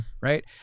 Right